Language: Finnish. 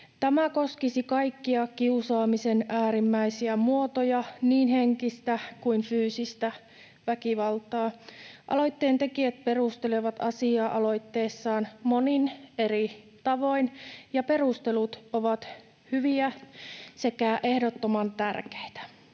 Tämä koskisi kaikkia kiusaamisen äärimmäisiä muotoja, niin henkistä kuin fyysistä väkivaltaa. Aloitteentekijät perustelevat asiaa aloitteessaan monin eri tavoin, ja perustelut ovat hyviä sekä ehdottoman tärkeitä.